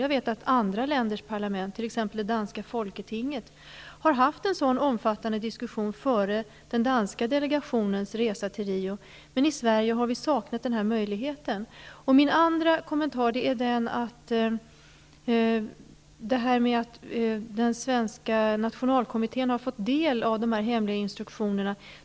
Jag vet att t.ex. det danska folketinget har haft en omfattande diskussion före den danska delegationens resa till Rio, men i Sverige har vi saknat den möjligheten. Min andra kommentar gäller detta att den svenska nationalkommittén har fått del av de hemliga instruktionerna.